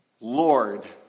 Lord